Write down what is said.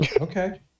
okay